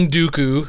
Dooku